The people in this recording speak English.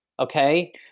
Okay